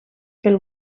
pel